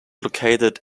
located